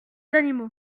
animaux